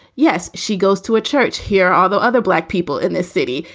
yes. she goes to a church here, although other black people in this city.